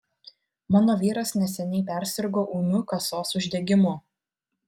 mano vyras neseniai persirgo ūmiu kasos uždegimu